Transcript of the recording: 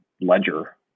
ledger